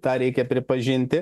tą reikia pripažinti